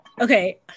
Okay